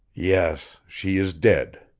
yes she is dead.